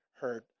heard